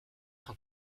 tant